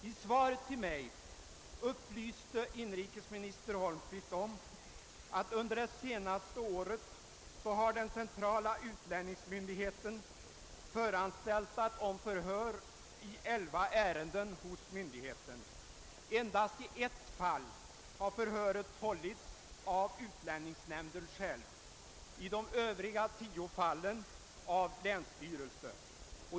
I svaret till mig upplyste inrikesminister Holmqvist om att den centrala utlänningsmyndigheten under det senaste året har föranstaltat om förhör i elva ärenden, men endast i ett av dessa fall har förhör hållits av utlänningsnämnden själv. I de övriga tio fallen har förhören hållits av länsstyrelsen.